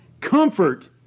Comfort